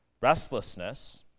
restlessness